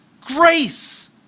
grace